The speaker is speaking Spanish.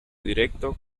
directo